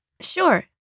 Sure